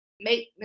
make